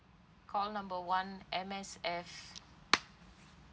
call number one M_S_F